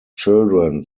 children